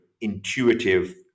intuitive